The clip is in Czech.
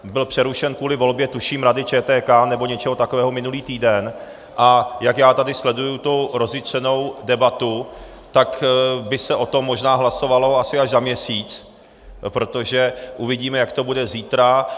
Byl přerušen kvůli volbě, tuším, Rady ČTK nebo něčeho takového minulý týden, a jak já tady sleduju tu rozjitřenou debatu, tak by se o tom možná hlasovalo asi až za měsíc, protože uvidíme, jak to bude zítra.